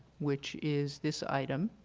which is this item.